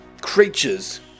creatures